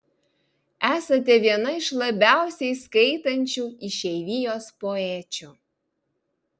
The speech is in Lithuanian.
esate viena iš labiausiai skaitančių išeivijos poečių